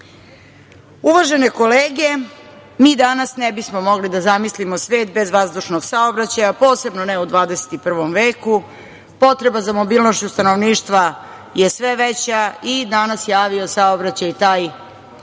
kolege, mi danas ne bismo mogli da zamislimo svet bez vazdušnog saobraćaja, posebno ne u 21. veku. Potreba za mobilnošću stanovništva je sve veća i danas je avio saobraćaj taj koji